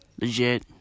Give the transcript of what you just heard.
Legit